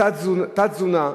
תת-תזונה.